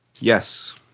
Yes